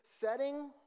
setting